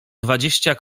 dwadzieścia